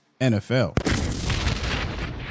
NFL